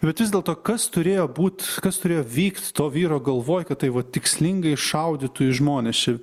bet vis dėlto kas turėjo būt kas turėjo vykt to vyro galvoj kad tai va tikslingai šaudytų į žmones čia